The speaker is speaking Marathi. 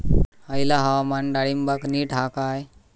हयला हवामान डाळींबाक नीट हा काय?